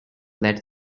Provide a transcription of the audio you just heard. that